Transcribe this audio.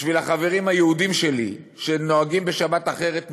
בשביל החברים היהודים שלי שנוהגים בשבת אחרת ממני,